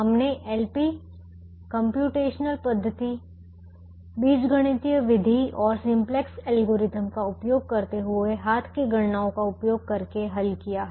हमने LP computational पद्धति बीजगणितीय विधि और सिंपलेक्स एल्गोरिथ्म का उपयोग करते हुए हाथ की गणनाओं का उपयोग करके हल किया है